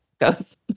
goes